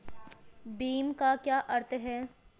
भीम का क्या अर्थ है?